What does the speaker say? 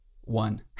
one